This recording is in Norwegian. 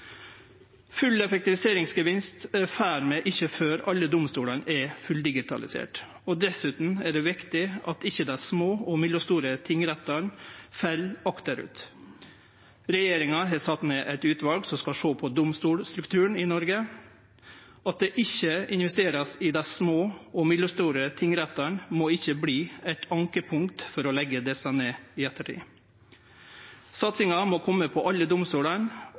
Full effektiviseringsgevinst får vi ikkje før alle domstolane er fulldigitaliserte. Dessutan er det viktig at ikkje dei små og mellomstore tingrettane fell akterut. Regjeringa har sett ned eit utval som skal sjå på domstolsstrukturen i Noreg. At ein ikkje investerer i dei små og mellomstore tingrettane, må ikkje verte eit ankepunkt for å leggje desse ned i ettertid. Satsinga må kome på alle domstolane,